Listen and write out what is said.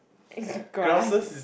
it's grass